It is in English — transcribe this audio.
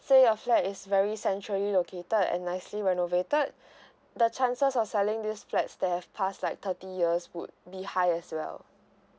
say your flat is very centrally located and nicely renovated the chances of selling this flat that have passed like thirty years would be higher as well